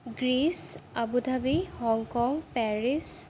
Greece Abu Dhabi Hong Kong Paris